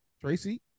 Tracy